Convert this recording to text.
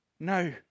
No